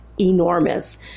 enormous